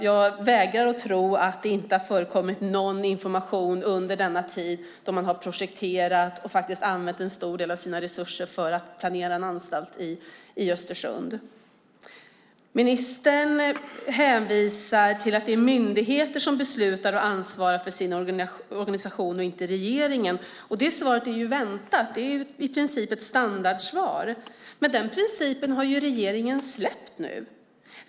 Jag vägrar tro att det inte har förekommit någon information under den tid då man har projekterat och använt en stor del av sina resurser på att planera en anstalt i Östersund. Ministern hänvisar till att myndigheter själva beslutar och ansvarar för sin organisation, inte regeringen. Det svaret var väntat. Det är ett standardsvar. Men denna princip har ju regeringen släppt nu.